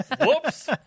Whoops